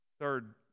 Third